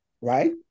right